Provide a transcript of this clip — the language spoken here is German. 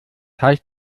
heißt